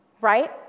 right